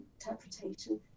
interpretation